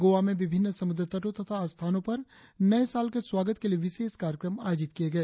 गोवा में विभिन्न समुद्र तटों और स्थानों पर नए साल के स्वागत के लिए विशेस कार्यक्रम आयोजित किए गए